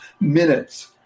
minutes